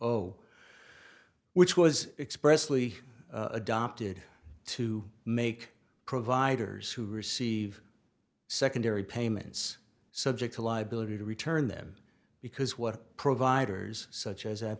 zero which was expressly adopted to make providers who receive secondary payments subject to liability to return them because what providers such as